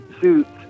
suits